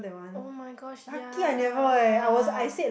[oh]-my-gosh yeah